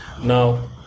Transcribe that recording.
Now